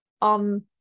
on